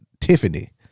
Tiffany